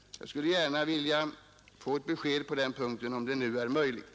Jag skulle gärna vilja få ett besked på den punkten, om det är möjligt.